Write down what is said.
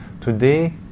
today